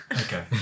okay